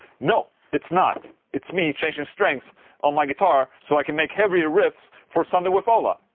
no, it's not it's me changing strings on my guitar so i can make heavier riffs for sunday with ola,